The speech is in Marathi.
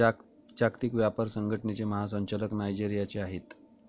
जागतिक व्यापार संघटनेचे महासंचालक नायजेरियाचे आहेत